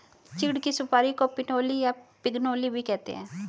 चीड़ की सुपारी को पिनोली या पिगनोली भी कहते हैं